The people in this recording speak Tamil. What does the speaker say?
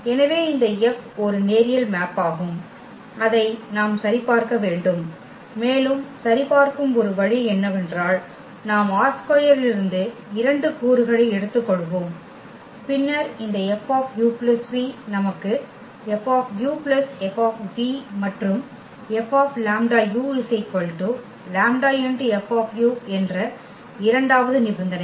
எனவே இந்த F ஒரு நேரியல் மேப்பாகும் அதை நாம் சரிபார்க்க வேண்டும் மேலும் சரிபார்க்கும் ஒரு வழி என்னவென்றால் நாம் ℝ2 இலிருந்து இரண்டு கூறுகளை எடுத்துக்கொள்வோம் பின்னர் இந்த Fu v நமக்கு F F மற்றும் Fλu λF என்ற இரண்டாவது நிபந்தனை